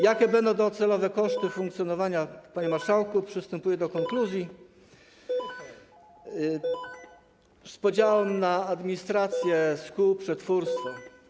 Jakie będą docelowe koszty funkcjonowania - panie marszałku, przystępuję do konkluzji - z podziałem na administrację, skup, przetwórstwo?